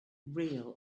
real